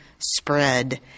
Spread